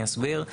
אני אסביר.